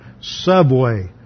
subway